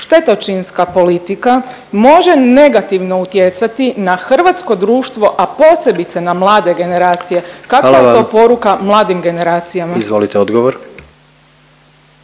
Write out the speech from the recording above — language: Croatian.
štetočinska politika može negativno utjecati na hrvatsko društvo, a posebice na mlade generacije? …/Upadica predsjednik: Hvala vam./… Kakva